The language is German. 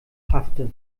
paffte